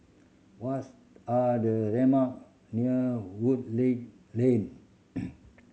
what's are the landmark near Woodleigh Link